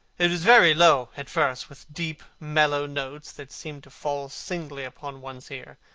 it was very low at first, with deep mellow notes that seemed to fall singly upon one's ear.